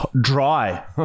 dry